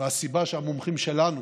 והסיבה שנותנים המומחים שלנו,